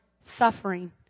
suffering